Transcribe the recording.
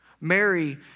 Mary